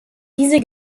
diese